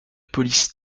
police